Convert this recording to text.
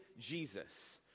Jesus